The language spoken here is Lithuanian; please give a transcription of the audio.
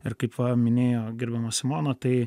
ir kaip paminėjo gerbiama simona tai